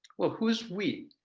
well who's we?